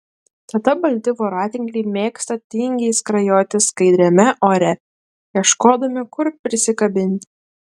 tada balti voratinkliai mėgsta tingiai skrajoti skaidriame ore ieškodami kur prisikabinti